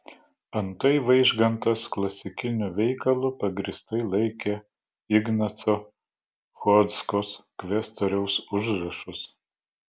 antai vaižgantas klasikiniu veikalu pagrįstai laikė ignaco chodzkos kvestoriaus užrašus